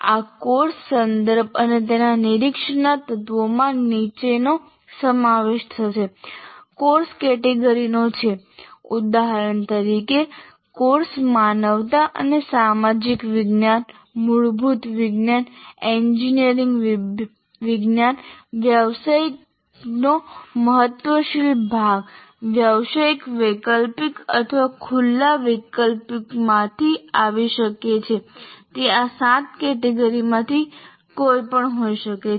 આ કોર્સ સંદર્ભ અને તેના નિરીક્ષણના તત્વોમાં નીચેનાનો સમાવેશ થશે કોર્સ કેટેગરીનો છે ઉદાહરણ તરીકે કોર્સ માનવતા અને સામાજિક વિજ્ઞાન મૂળભૂત વિજ્ઞાન એન્જિનિયરિંગ વિજ્ઞાન વ્યાવસાયિક નો મહત્વશીલ ભાગ વ્યાવસાયિક વૈકલ્પિક અથવા ખુલ્લા વૈકલ્પિકમાંથી આવી શકે છે તે આ 7 કેટેગરીમાંથી કોઈપણ હોઈ શકે છે